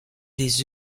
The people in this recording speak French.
des